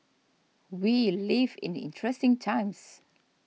we live in interesting times